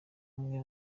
umwe